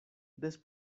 des